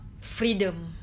freedom